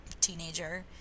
teenager